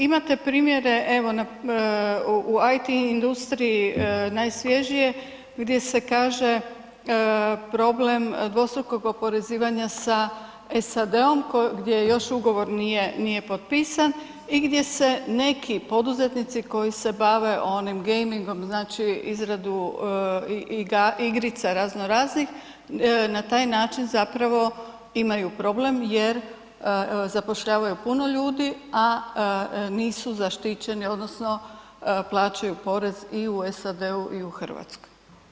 Imate primjere, evo u IT industriji najsvježije gdje se kaže problem dvostrukog oporezivanja sa SAD-om gdje još ugovor nije potpisan i gdje se neki poduzetnici koji se bave, onim gamingom, znači izradom igrica razno raznih na taj način zapravo imaju problem jer zapošljavaju puno ljudi, a nisu zaštićeni odnosno plaćaju porez i u SAD-u i u Hrvatskoj.